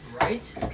Right